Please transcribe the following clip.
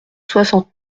soixante